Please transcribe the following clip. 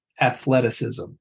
athleticism